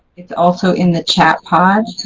it's also in the chat pod.